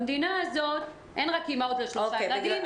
במדינה הזאת אין רק אימהות לשלושה ילדים,